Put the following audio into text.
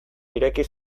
ireki